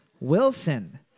Wilson